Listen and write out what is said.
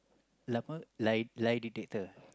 lie apa lie lie detector